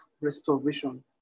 restoration